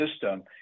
system